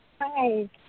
Hi